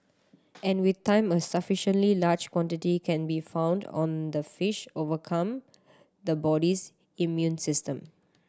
and with time a sufficiently large quantity can be found on the fish overcome the body's immune system